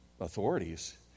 authorities